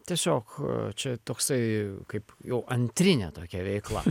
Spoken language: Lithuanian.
tiesiog čia toksai kaip jau antrinė tokia veikla